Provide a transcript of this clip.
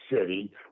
City